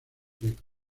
directo